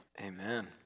Amen